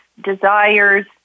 desires